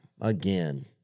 again